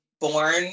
born